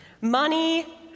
Money